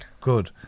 good